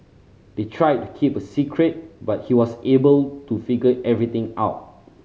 they tried to keep it a secret but he was able to figure everything out